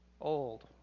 old